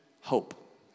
hope